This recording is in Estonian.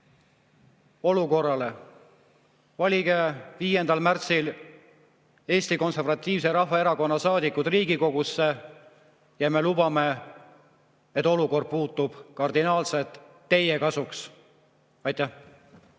olukorrale. Valige 5. märtsil Eesti Konservatiivse Rahvaerakonna saadikud Riigikogusse ja me lubame, et olukord muutub kardinaalselt teie kasuks. Aitäh!